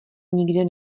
nikde